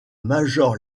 major